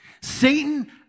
Satan